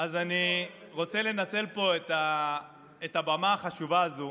אז אני רוצה לנצל את הבמה החשובה הזו